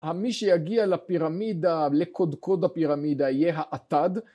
מי שיגיע לפירמידה לקודקוד הפירמידה יהיה האתד